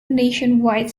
nationwide